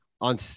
on